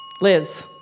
liz